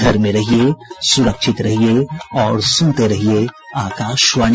घर में रहिये सुरक्षित रहिये और सुनते रहिये आकाशवाणी